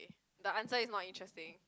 the answer is not interesting